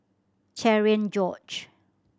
Cherian George